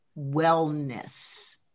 wellness